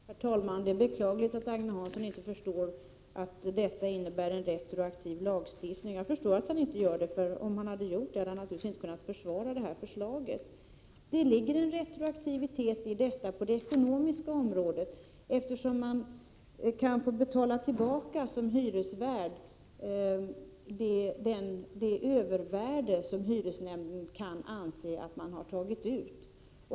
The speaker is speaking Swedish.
Herr talman! Det är beklagligt att Agne Hansson inte förstår att detta innebär en retroaktiv lagstiftning. Jag förstår att han inte gör det, för om han hade gjort det hade han naturligtvis inte kunnat försvara förslaget. Det ligger en retroaktivitet i förslaget på det ekonomiska området, eftersom man som hyresvärd kan få betala tillbaka det övervärde som hyresnämnden kan anse att man tagit ut.